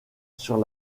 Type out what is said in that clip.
sur